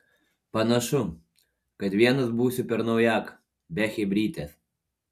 panašu kad vienas būsiu per naujaką be chebrytės